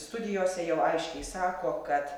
studijose jau aiškiai sako kad